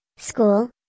School